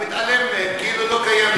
מתעלם מהם, כאילו לא קיימים.